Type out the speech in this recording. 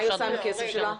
אז מה היא עושה עם הכסף שלה?